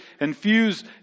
infuse